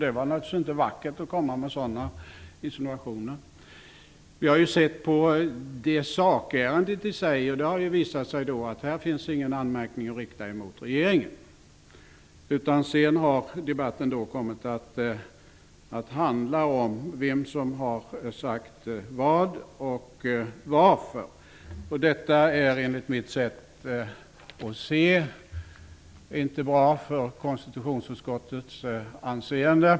Det är naturligtvis inte bra att komma med sådana insinuationer. Vi har sett på ärendet i sak, och då visade det sig att det inte finns någon anmärkning att rikta emot regeringen. Sedan har debatten kommit att handla om vem som har sagt vad och var. Enligt mitt sätt att se är inte detta bra för konstitutionsutskottets anseende.